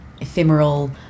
ephemeral